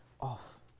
off